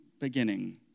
beginning